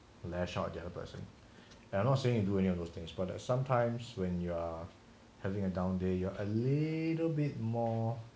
lash out the other person and not saying you do any of those things but sometimes when you are having a down day you are a little bit more